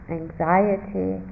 anxiety